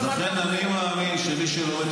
לכן אני מאמין שמי שלומד תורה,